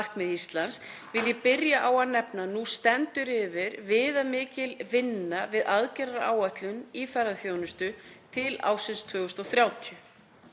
Íslands, vil ég byrja á að nefna að nú stendur yfir viðamikil vinna við aðgerðaáætlun í ferðaþjónustu til ársins 2030.